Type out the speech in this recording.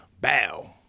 Bow